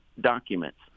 documents